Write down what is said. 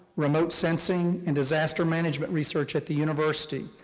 remote sensing, and disaster management research at the university,